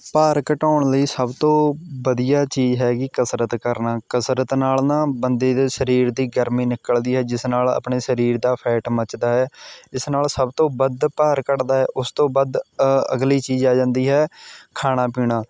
ਭਾਰ ਘਟਾਉਣ ਲਈ ਸਭ ਤੋਂ ਵਧੀਆ ਚੀਜ਼ ਹੈਗੀ ਕਸਰਤ ਕਰਨਾ ਕਸਰਤ ਨਾਲ਼ ਨਾ ਬੰਦੇ ਦੇ ਸਰੀਰ ਦੀ ਗਰਮੀ ਨਿਕਲਦੀ ਹੈ ਜਿਸ ਨਾਲ਼ ਆਪਣੇ ਸਰੀਰ ਦਾ ਫੈਟ ਮੱਚਦਾ ਹੈ ਇਸ ਨਾਲ਼ ਸਭ ਤੋਂ ਵੱਧ ਭਾਰ ਘੱਟਦਾ ਹੈ ਉਸ ਤੋਂ ਵੱਧ ਅਗਲੀ ਚੀਜ਼ ਆ ਜਾਂਦੀ ਹੈ ਖਾਣਾ ਪੀਣਾ